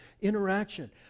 interaction